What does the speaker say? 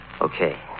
Okay